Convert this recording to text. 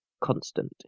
constant